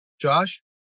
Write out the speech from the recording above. Josh